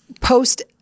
post